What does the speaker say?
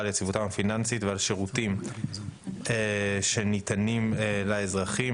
על יציבותן הפיננסית ועל השירותים שניתנים לאזרחים,